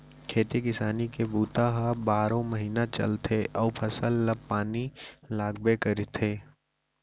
खेती किसानी के बूता ह बारो महिना चलथे अउ फसल ल पानी लागबे करथे